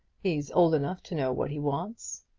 he's old enough to know what he wants.